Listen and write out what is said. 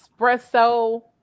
espresso